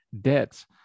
debts